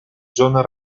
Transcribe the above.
john